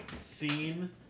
scene